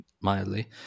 mildly